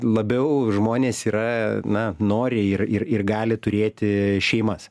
labiau žmonės yra na nori ir ir ir gali turėti šeimas